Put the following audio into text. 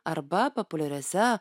arba populiariose